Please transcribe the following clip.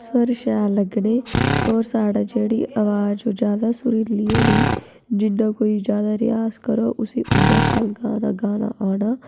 बाकी होर बड़े जि'यां माता बैष्णो ऐ बैष्णो माता बी इक्क बड़ा